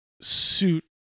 suit